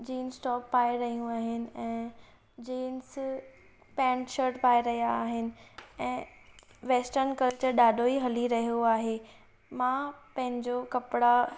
jeans top पाइ रहियूं आहिनि ऐं जेंस पैंट शर्ट पाइ रहियां आहिनि ऐं वेस्टर्न कल्चर ॾाढो ई हली रहो आहे मां पंहिंजो कपड़ा